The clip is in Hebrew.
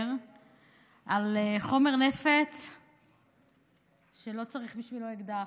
על חומר נפץ שלא צריך בשבילו אקדח,